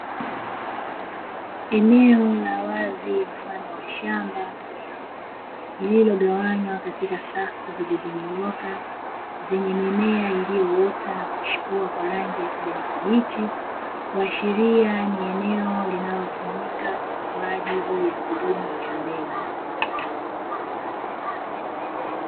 Eneo la wazi mfano wa shamba lililogawanywa katika safu, zilizonyooka zenye mimea iliyoota na kuchipua kwa rangi ya kijani kibichi, kuashiria ni eneo linalotumika kwaajili ya kilimo cha mbegu.